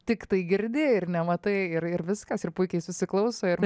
tiktai girdi ir nematai ir ir viskas ir puikiai susiklauso ir